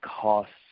costs